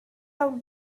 out